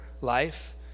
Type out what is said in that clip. life